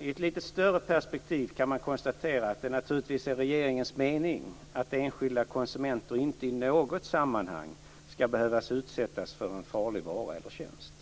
I ett lite större perspektiv kan man konstatera att det naturligtvis är regeringens mening att enskilda konsumenter inte i något sammanhang skall behöva utsättas för en farlig vara eller tjänst.